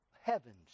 Heavens